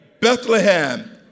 Bethlehem